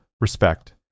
Respect